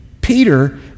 Peter